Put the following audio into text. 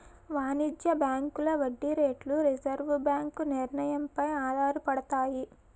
వాణిజ్య బ్యాంకుల వడ్డీ రేట్లు రిజర్వు బ్యాంకు నిర్ణయం పై ఆధారపడతాయి